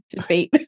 debate